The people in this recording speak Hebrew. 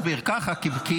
ככה, אל תסביר.